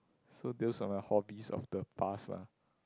so those are my hobbies of the past lah